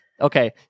Okay